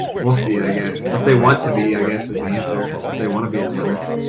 we'll see i guess. if they want to be i guess, is the answer. if they want to be a gymnast.